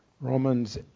Romans